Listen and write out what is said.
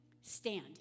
stand